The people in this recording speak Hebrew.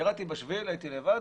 ירדתי בשביל, הייתי לבד.